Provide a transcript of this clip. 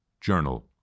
journal